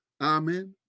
Amen